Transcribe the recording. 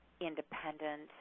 independent